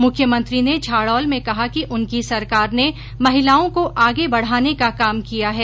मुख्यमंत्री ने झाड़ौल में कहा कि उनकी सरकार ने महिलाओं को आगे बढाने का काम किया है